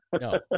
No